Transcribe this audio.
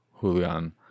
Julian